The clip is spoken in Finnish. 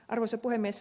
arvoisa puhemies